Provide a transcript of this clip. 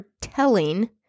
telling